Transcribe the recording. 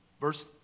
verse